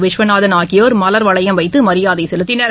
விஸ்வநாதன் ஆகியோர் மலர் வளையம் வைத்து மரியாதை செலுத்தினர்